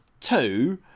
two